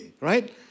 right